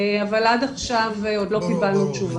אבל עד עכשיו עוד לא קיבלנו תשובה.